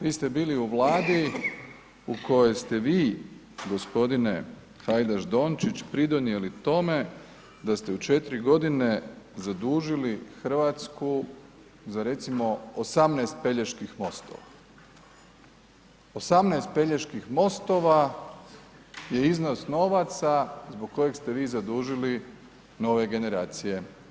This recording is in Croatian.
Vi ste bili u Vladi u kojoj ste vi gospodine Hajdaš-Dončić pridonijeli tome da ste u 4 godine zadužili Hrvatsku za recimo 18 Peljeških mostova, 18 Peljeških mostova je iznos novaca zbog kojeg ste vi zadužili nove generacije.